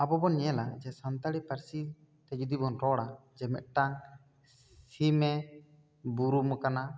ᱟᱵᱚ ᱵᱚᱱ ᱧᱮᱞᱟ ᱡᱮ ᱥᱟᱱᱛᱟᱲᱤ ᱯᱟᱹᱨᱥᱤ ᱛᱮ ᱡᱩᱫᱤ ᱵᱚᱱ ᱨᱚᱲᱟ ᱡᱮ ᱢᱮᱴᱴᱟᱝ ᱥᱤᱢ ᱮ ᱵᱩᱨᱩᱢ ᱟᱠᱟᱱᱟ